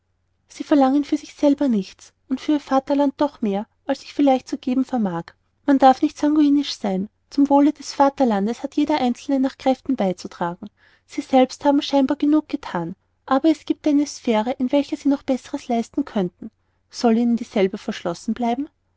sie verlangen für sich nichts und für ihr vaterland doch mehr als ich vielleicht zu geben vermag man darf nicht sanguinisch sein zum wohle des vaterlandes hat ein jeder einzelne nach kräften beizutragen sie selbst haben scheinbar genug gethan aber es gibt eine sphäre in welcher sie noch besseres leisten könnten soll ihnen dieselbe verschlossen bleiben